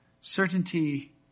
Certainty